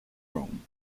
rome